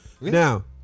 Now